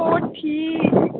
पोठी